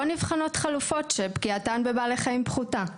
נבחנות חלופות שפגיעתן בבעלי חיים פחותה,